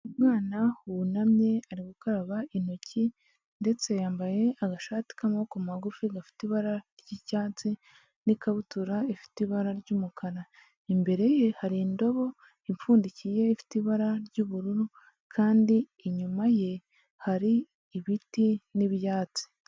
Umwana wunamye ari gukaraba intoki ndetse yambaye agashati k'amaboko magufi gafite ibara ry'icyatsi n'ikabutura ifite ibara ry'umukara, imbere ye hari indobo ipfundikiye ifite ibara ry'ubururu kandi inyuma ye hari ibiti n'ibyatsi.